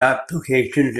applications